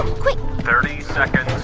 quick thirty seconds